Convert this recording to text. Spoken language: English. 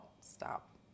Stop